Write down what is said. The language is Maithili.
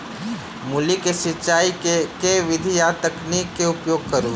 मूली केँ सिचाई केँ के विधि आ तकनीक केँ उपयोग करू?